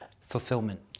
Fulfillment